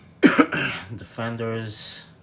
Defenders